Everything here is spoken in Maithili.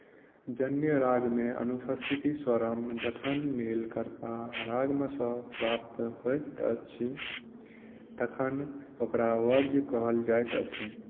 जन्य रागममे अनुपस्थित स्वरम जखन मेलकर्ता रागमसँ प्राप्त होयत अछि तखन ओकरा वर्ज्य कहल जाइत अछि